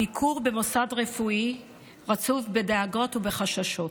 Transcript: הביקור במוסד רפואי רצוף בדאגות ובחששות.